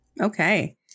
Okay